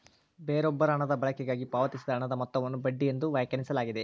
ಬೇರೊಬ್ಬರ ಹಣದ ಬಳಕೆಗಾಗಿ ಪಾವತಿಸಿದ ಹಣದ ಮೊತ್ತವನ್ನು ಬಡ್ಡಿ ಎಂದು ವ್ಯಾಖ್ಯಾನಿಸಲಾಗಿದೆ